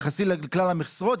יחסית לכלל המשרות?